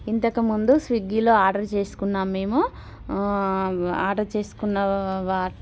ఇంతకు ముందు మేము స్విగ్గిలో ఆర్డర్ చేసుకున్నాము మేము ఆర్డర్ చేసుకున్న వా